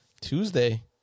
Tuesday